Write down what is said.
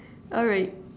alright